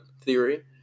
theory